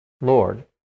Lord